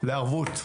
לערבות בנקאית.